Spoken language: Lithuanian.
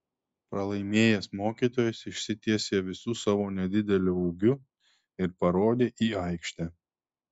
pralaimėjęs mokytojas išsitiesė visu savo nedideliu ūgiu ir parodė į aikštę